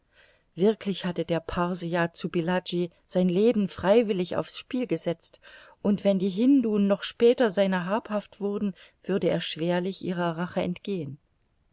wirklich hatte der parse ja zu pillaji sein leben freiwillig auf's spiel gesetzt und wenn die hindu noch später seiner habhaft wurden würde er schwerlich ihrer rache entgehen